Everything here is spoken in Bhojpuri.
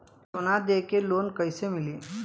सोना दे के लोन कैसे मिली?